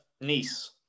Nice